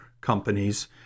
companies